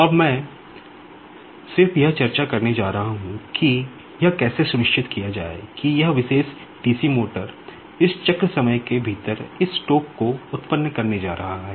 अब मैं सिर्फ यह चर्चा करने जा रहा हूं कि यह कैसे सुनिश्चित किया जाए कि यह विशेष डीसी मोटर को उत्पन्न करने जा रहा है